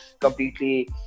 completely